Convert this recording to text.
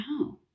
wow